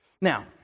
Now